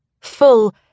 Full